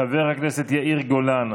חבר הכנסת יאיר גולן,